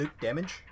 Damage